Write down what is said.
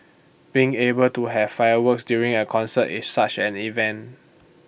being able to have fireworks during A concert is such an event